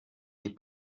die